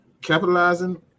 capitalizing